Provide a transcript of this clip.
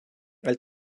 elle